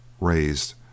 raised